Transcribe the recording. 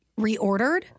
reordered